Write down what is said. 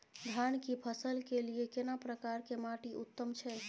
धान की फसल के लिये केना प्रकार के माटी उत्तम छै?